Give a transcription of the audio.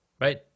right